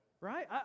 right